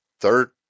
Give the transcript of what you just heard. third